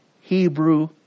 Hebrew